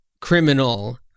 criminal